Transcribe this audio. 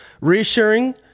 reassuring –